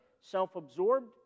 self-absorbed